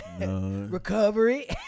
recovery